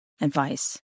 advice